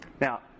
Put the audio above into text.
Now